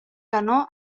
canó